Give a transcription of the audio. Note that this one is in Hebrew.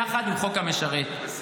איך יכול להיות --- אני אומר את זה בצער,